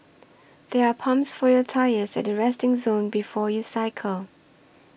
there are pumps for your tyres at the resting zone before you cycle